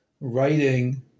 writing